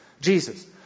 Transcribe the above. Jesus